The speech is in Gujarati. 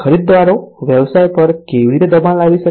ખરીદદારો વ્યવસાય પર કેવી રીતે દબાણ લાવી શકે